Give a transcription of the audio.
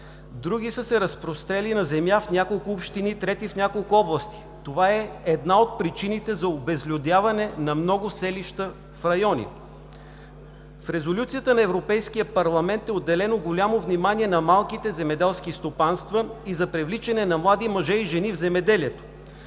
други са се разпрострели на земя в няколко общини, трети в няколко области. Това е една от причините за обезлюдяване на много селища в районите. В Резолюцията на Европейския парламент е отделено голямо внимание на малките земеделски стопанства и за привличане на млади мъже и жени в земеделието.